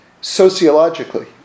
sociologically